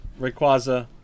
Rayquaza